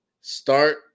start